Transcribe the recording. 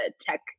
tech